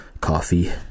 coffee